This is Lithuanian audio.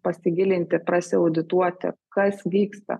pasigilinti prasiaudituoti kas vyksta